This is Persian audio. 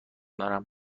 دارم